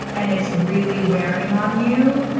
and it's really wearing on you.